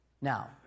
Now